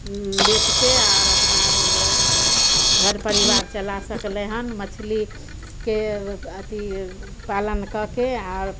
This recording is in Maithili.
बेचके आओर अपना घर परिवार चला सकलै हन मछलीके अथी पालन कऽके आओर